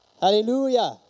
Hallelujah